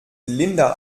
linda